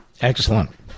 Excellent